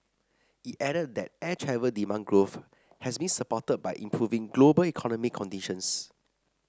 it added that air travel demand growth has been supported by improving global economic conditions